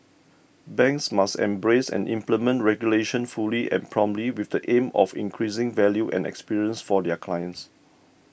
banks must embrace and implement regulation fully and promptly with the aim of increasing value and experience for their clients